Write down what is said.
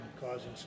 causing